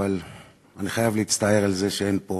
אבל אני חייב להצטער על זה שאין פה